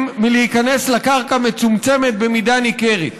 מלהיכנס לקרקע מצומצמת במידה ניכרת.